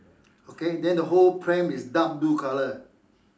okay then the whole pram is dark blue colour